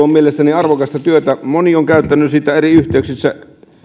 on mielestäni arvokasta työtä moni on käyttänyt siitä eri yhteyksissä